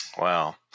Wow